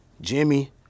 Jimmy